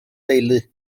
deulu